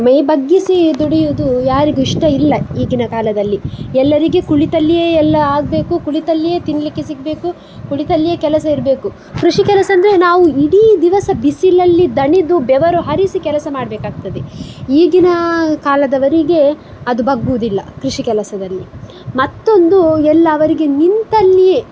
ಮೈ ಬಗ್ಗಿಸಿ ದುಡಿಯೋದು ಯಾರಿಗೂ ಇಷ್ಟ ಇಲ್ಲ ಈಗಿನ ಕಾಲದಲ್ಲಿ ಎಲ್ಲರಿಗೆ ಕುಳಿತಲ್ಲಿಯೇ ಎಲ್ಲಾ ಆಗಬೇಕು ಕುಳಿತಲ್ಲಿಯೇ ತಿನ್ಲಿಕ್ಕೆ ಸಿಗಬೇಕು ಕುಳಿತಲ್ಲಿಯೇ ಕೆಲಸ ಇರಬೇಕು ಕೃಷಿ ಕೆಲಸ ಅಂದರೆ ನಾವು ಇಡೀ ದಿವಸ ಬಿಸಿಲಲ್ಲಿ ದಣಿದು ಬೆವರು ಹರಿಸಿ ಕೆಲಸ ಮಾಡಬೇಕಾಗ್ತದೆ ಈಗಿನ ಕಾಲದವರಿಗೆ ಅದು ಬಗ್ಗೋದಿಲ್ಲ ಕೃಷಿ ಕೆಲಸದಲ್ಲಿ ಮತ್ತೊಂದು ಎಲ್ಲಾ ಅವರಿಗೆ ನಿಂತಲ್ಲಿಯೇ